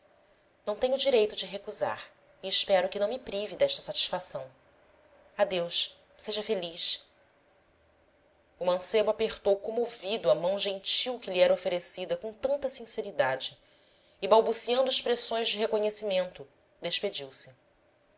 tem o direito de recusar e espero que não me prive desta satisfação adeus seja feliz o mancebo apertou comovido a mão gentil que lhe era oferecida com tanta sinceridade e balbuciando expressões de reconhecimento despediu-se